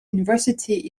university